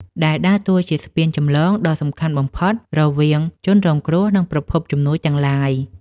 ដែលដើរតួជាស្ពានចម្លងដ៏សំខាន់បំផុតរវាងជនរងគ្រោះ និងប្រភពជំនួយទាំងឡាយ។